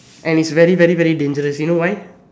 and it's very very very dangerous you know why